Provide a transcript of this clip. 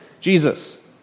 Jesus